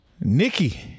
Nikki